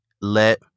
let